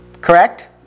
Correct